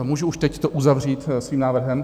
Můžu už teď to uzavřít svým návrhem?